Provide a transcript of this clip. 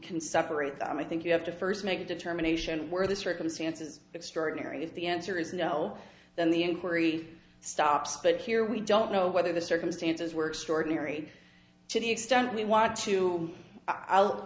can separate them i think you have to first make a determination where the circumstances extraordinary is the answer is no then the inquiry stops but here we don't know whether the circumstances were extraordinary to the extent we want to i'll